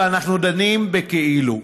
ואנחנו דנים בכאילו.